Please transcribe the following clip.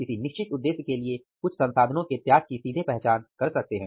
किसी निश्चित उद्देश्य के लिए कुछ संसाधनों के त्याग की सीधे पहचान कर सकते हैं